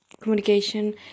communication